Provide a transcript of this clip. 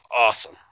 awesome